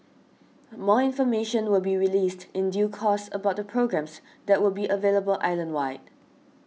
more information will be released in due course about the programmes that will be available island wide